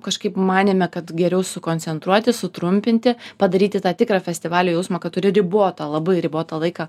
kažkaip manėme kad geriau sukoncentruoti sutrumpinti padaryti tą tikrą festivalio jausmą kad turi ribotą labai ribotą laiką